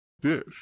Dish